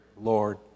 Lord